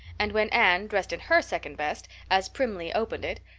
and when anne, dressed in her second best, as primly opened it,